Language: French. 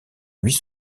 huit